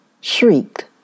shrieked